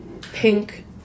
pink